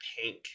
pink